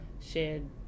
shared